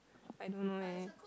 I don't know leh